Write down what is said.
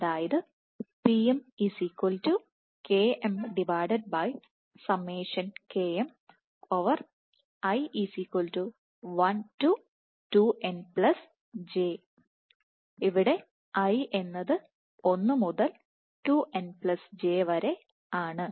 Pm kmi12njkm ഇവിടെ i എന്നത് 1 മുതൽ 2n j വരെ ആണ്